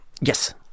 Yes